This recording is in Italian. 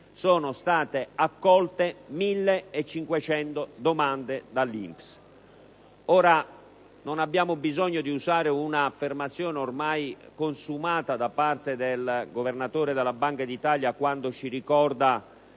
sono state accolte dall'INPS 1.500. Non abbiamo bisogno di usare un'affermazione ormai consumata da parte del Governatore della Banca d'Italia, il quale ci ricorda